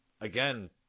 again